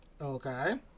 Okay